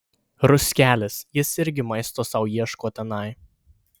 ruskelis jis irgi maisto sau ieško tenai